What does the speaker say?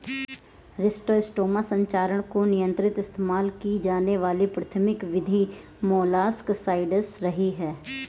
schistosoma संचरण को नियंत्रित इस्तेमाल की जाने वाली प्राथमिक विधि मोलस्कसाइड्स रही है